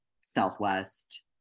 southwest